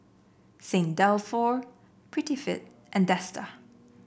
Saint Dalfour Prettyfit and Dester